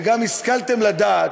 וגם השכלתם לדעת,